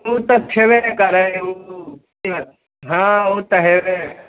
उ तऽ छेबे नहि करै उ की भायल हँ उ तऽ हेबे हइ